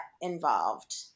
involved